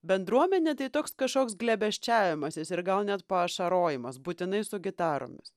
bendruomenė tai toks kažkoks glėbesčiavimasis ir gal net paašarojimas būtinai su gitaromis